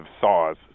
saws